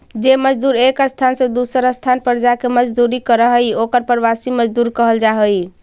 जे मजदूर एक स्थान से दूसर स्थान पर जाके मजदूरी करऽ हई ओकर प्रवासी मजदूर कहल जा हई